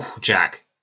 Jack